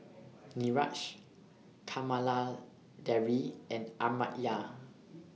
Niraj Kamaladevi and Amartya